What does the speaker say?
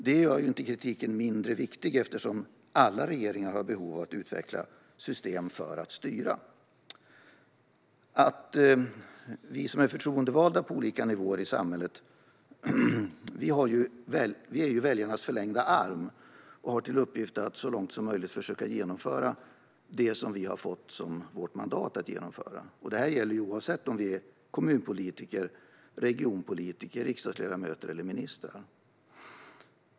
Det gör inte kritiken mindre viktig eftersom alla regeringar har behov av att utveckla system för att styra. Alla vi som är förtroendevalda på olika nivåer i samhället är ju väljarnas förlängda arm och har till uppgift att så långt som möjligt försöka genomföra det som vi har fått som vårt mandat att genomföra. Det gäller oavsett om vi är kommunpolitiker, regionpolitiker, riksdagsledamöter eller ministrar.